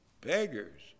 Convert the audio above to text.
Beggars